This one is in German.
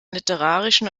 literarischen